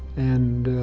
and,